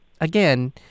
again